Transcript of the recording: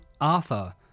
Arthur